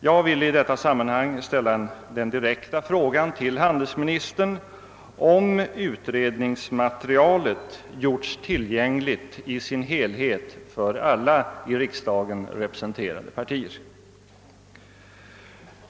Jag vill i detta sammanhang ställa den direkta frågan till handelsministern, om utredningsmaterialet gjorts tillgängligt i dess helhet för alla i riksdagen representerade partier.